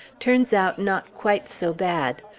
turns out not quite so bad.